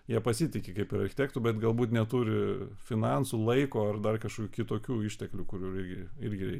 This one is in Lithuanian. jie pasitiki kaip ir architektu bet galbūt neturi finansų laiko ar dar kažkokių kitokių išteklių kurių irgi irgi